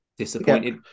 Disappointed